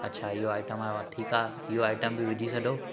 अच्छा इहो आईटम आयो आहे ठीक आहे इहो आईटम बि विझी छॾियो